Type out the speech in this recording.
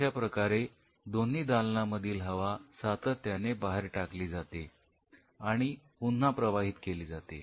अशाप्रकारे दोन्ही दालना मधील हवा सातत्याने बाहेर टाकली जाते आणि पुन्हा प्रवाहित केली जाते